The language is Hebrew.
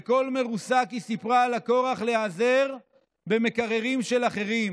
"בקול מרוסק היא סיפרה על הכורח להיעזר במקררים של אחרים,